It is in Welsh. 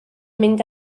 mynd